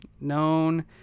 Known